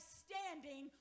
standing